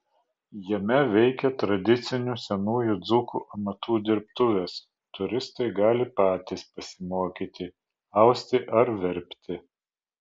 jame veikia tradicinių senųjų dzūkų amatų dirbtuvės turistai gali patys pasimokyti austi ar verpti